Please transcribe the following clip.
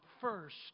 first